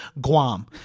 Guam